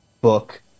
book